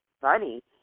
funny